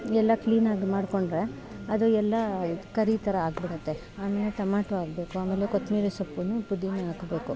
ಎಲ್ಲ ಕ್ಲೀನಾಗಿ ಮಾಡ್ಕೊಂಡ್ರೆ ಅದು ಎಲ್ಲ ಕರಿ ಥರ ಆಗ್ಬಿಡುತ್ತೆ ಆಮೇಲೆ ಟಮಾಟೋ ಹಾಕ್ಬೇಕು ಆಮೇಲೆ ಕೊತ್ತಂಬ್ರಿ ಸೊಪ್ಪುನು ಪುದೀನ ಹಾಕ್ಬೇಕು